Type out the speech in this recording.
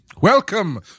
Welcome